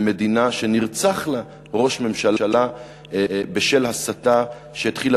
במדינה שנרצח לה ראש ממשלה בשל הסתה שהתחילה